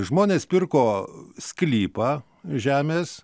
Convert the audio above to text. žmonės pirko sklypą žemės